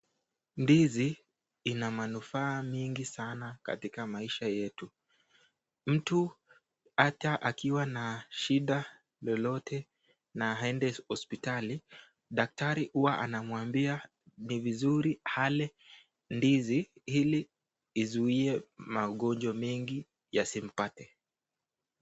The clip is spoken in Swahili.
Ndizi ina manufaa mingi sana katika maisha yetu mtu hata akiwa na shida lolote na aende hospitali daktari huwa anamwambia ni vizuri ale ndizi ili izuie magonjwa mengi yasimpate.